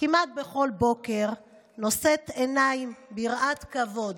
כמעט בכל בוקר, נושאת עיניים ביראת כבוד?